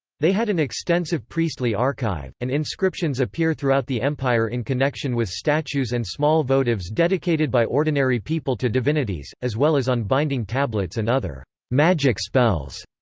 they had an extensive priestly archive, and inscriptions appear throughout the empire in connection with statues and small votives dedicated by ordinary people to divinities, as well as on binding tablets and other magic spells,